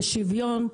לשוויון,